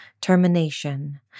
termination